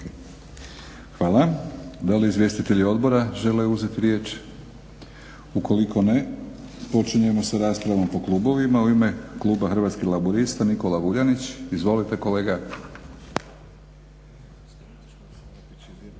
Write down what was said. Hvala. Da li izvjestitelji odbora žele uzeti riječ? Ukoliko ne. Počinjem sa raspravom po klubovima. U ime Kluba Hrvatskih laburista Nikola Vuljanić. Izvolite kolega.